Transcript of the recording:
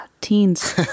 teens